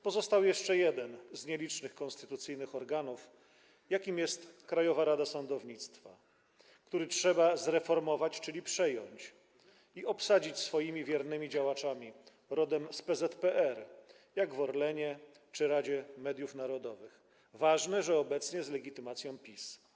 Pozostał jeszcze jeden z nielicznych konstytucyjnych organów, jakim jest Krajowa Rada Sądownictwa, który trzeba zreformować, czyli przejąć i obsadzić swoimi wiernymi działaczami, rodem z PZPR, jak w Orlenie czy Radzie Mediów Narodowych, ważne, że obecnie z legitymacją PiS.